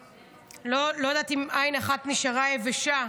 לא יודעת אם עין אחת נשארה יבשה.